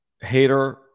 Hater